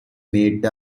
made